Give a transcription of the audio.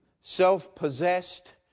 self-possessed